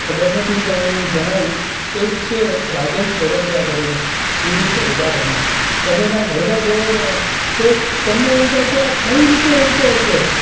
ખબર નથી પણ હું જણાવું એક છે રાજન સોરઠિયા કરીને શું ગરબા રમે તમે એના ગરબા જુઓ ને તો તમને એમ થાય કે આ કઈ રીતે રમતો હશે